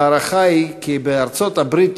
ההערכה היא כי בארצות-הברית,